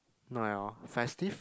not at all festive